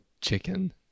chicken